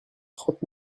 trente